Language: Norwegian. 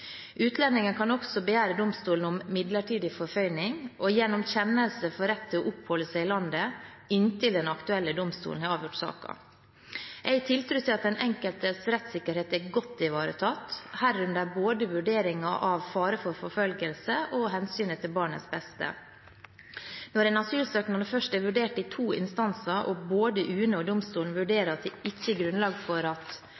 kan også begjære domstolen om midlertidig forføyning og gjennom kjennelse få rett til å oppholde seg i landet inntil den aktuelle domstolen har avgjort saken. Jeg har tiltro til at den enkeltes rettssikkerhet er godt ivaretatt, herunder både vurderingen av fare for forfølgelse og hensynet til barnets beste, når en asylsøknad først er vurdert i to instanser og både UNE og domstolen vurderer at